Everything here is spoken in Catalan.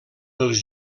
pels